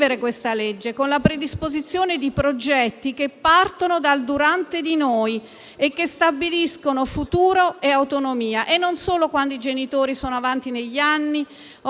legge con la predisposizione di progetti che partano dal "durante di noi" e che stabiliscano futuro e autonomia, non solo quando i genitori sono avanti negli anni o c'è